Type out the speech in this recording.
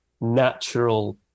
natural